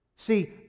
See